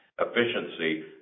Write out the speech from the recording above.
efficiency